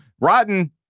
rotten